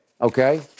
Okay